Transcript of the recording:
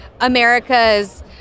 America's